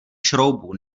šroubů